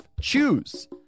Choose